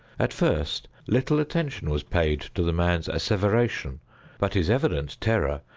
at first little attention was paid to the man's asseveration but his evident terror,